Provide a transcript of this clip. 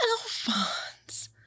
Alphonse